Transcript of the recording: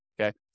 okay